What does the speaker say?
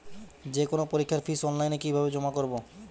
যে কোনো পরীক্ষার ফিস অনলাইনে কিভাবে জমা করব?